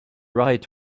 right